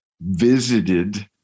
visited